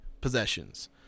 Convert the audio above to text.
possessions